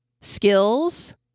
skills